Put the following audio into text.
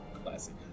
Classic